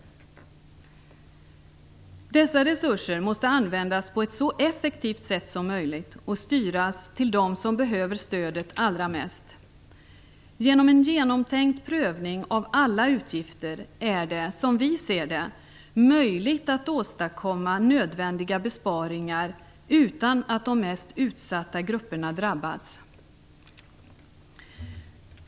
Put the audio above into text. Dessa resurser måste användas på ett så effektivt sätt som möjligt och styras till dem som behöver stödet allra mest. Genom en genomtänkt prövning av alla utgifter är det som vi ser det möjligt att åstadkomma nödvändiga besparingar utan att de mest utsatta grupperna drabbas.